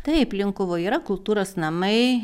taip linkuvoj yra kultūros namai